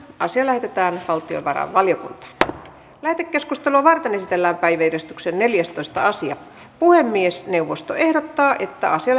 asia lähetetään valtiovarainvaliokuntaan lähetekeskustelua varten esitellään päiväjärjestyksen neljästoista asia puhemiesneuvosto ehdottaa että asia